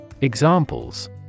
Examples